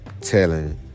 telling